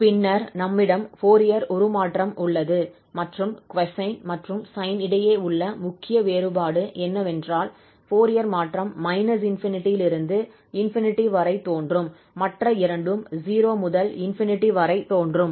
பின்னர் நம்மிடம் ஃபோரியர் உருமாற்றம் உள்ளது மற்றும் கொசைன் மற்றும் சைன் இடையே உள்ள முக்கிய வேறுபாடு என்னவென்றால் ஃபோரியர் மாற்றம் −∞ லிருந்து ∞ வரை தோன்றும் மற்ற இரண்டும் 0 முதல் ∞ வரை தோன்றும்